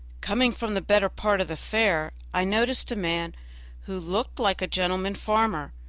coming from the better part of the fair, i noticed a man who looked like a gentleman farmer,